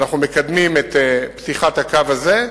אנחנו מקדמים את פתיחת הקו הזה.